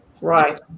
right